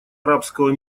арабского